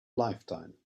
lifetime